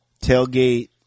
Tailgate